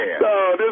No